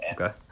Okay